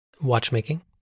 watchmaking